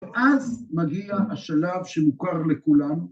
‫ואז מגיע השלב שמוכר לכולם.